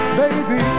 baby